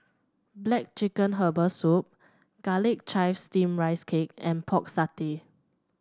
black chicken Herbal Soup Garlic Chives Steamed Rice Cake and Pork Satay